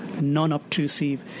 non-obtrusive